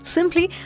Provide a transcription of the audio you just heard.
Simply